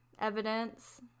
evidence